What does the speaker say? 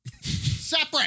separate